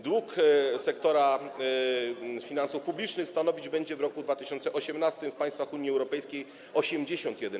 Dług sektora finansów publicznych stanowić będzie w roku 2018 w państwach Unii Europejskiej 81%